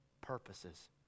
purposes